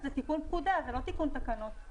זה תיקון פקודה, זה לא תיקון תקנות.